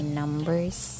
numbers